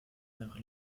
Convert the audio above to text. nach